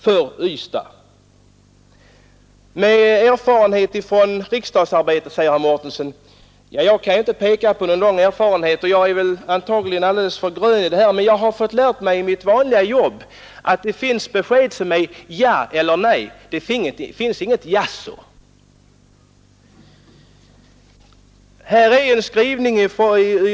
När man har erfarenhet från riksdagsarbetet så vet man hur det brukar gå till, sade herr Mårtensson. Jag kan inte peka på någon lång erfarenhet och är antagligen alldeles för grön för bedömande här, men jag har fått lära mig i mitt vanliga jobb att de besked som finns är ja eller nej. Det finns inget jaså.